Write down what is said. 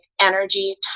energy